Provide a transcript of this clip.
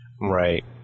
right